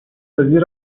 وزیر